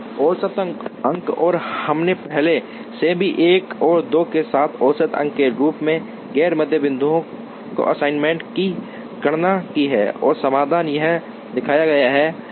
औसत अंक और हमने पहले से ही 1 और 2 के साथ औसत अंक के रूप में गैर मध्य बिंदुओं के असाइनमेंट की गणना की है और समाधान यहां दिखाया गया है